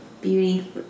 Beauty